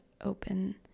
open